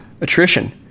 attrition